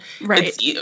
right